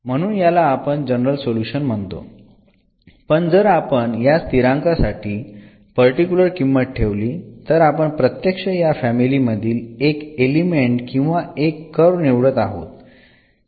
म्हणून याला आपण जनरल सोल्युशन म्हणतो पण जर आपण या स्थिरांकासाठी पर्टिकुलर किंमत ठेवली तर आपण प्रत्यक्ष या फॅमिली मधील एक एलिमेंट किंवा एक कर्व निवडत आहोत